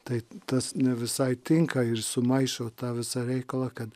tai tas ne visai tinka ir sumaišo tą visą reikalą kad